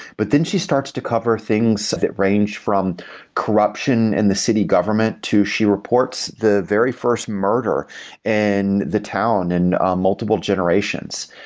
but then she starts to cover things that ranged from corruption in the city government, to she reports the very first murder in and the town and um multiple generations.